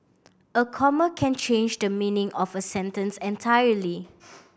a comma can change the meaning of a sentence entirely